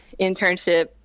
internship